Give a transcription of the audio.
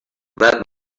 that